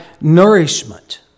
nourishment